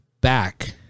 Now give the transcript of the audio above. back